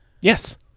Yes